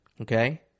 okay